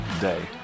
day